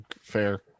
fair